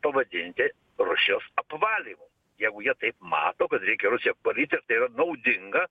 pavadinti rušijos apvalymu jeigu jie taip mato kad reikia rusiją apvalyti ir tai yra naudinga